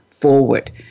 Forward